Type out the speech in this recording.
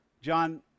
John